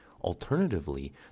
Alternatively